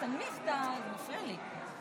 תנמיך, זה מפריע לי.